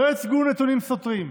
לא הוצגו נתונים סותרים.